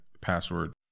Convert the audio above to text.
password